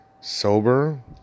sober